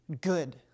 good